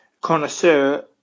connoisseur